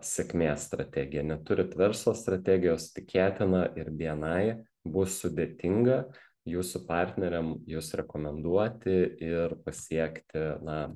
sėkmės strategija neturit verslo strategijos tikėtina ir bni bus sudėtinga jūsų partneriam jus rekomenduoti ir pasiekti na